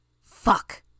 Fuck